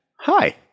hi